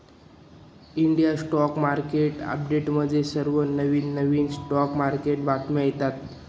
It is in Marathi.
इंडिया स्टॉक मार्केट अपडेट्समध्ये सर्व नवनवीन स्टॉक मार्केट बातम्या येतात